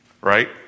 Right